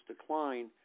decline